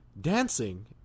dancing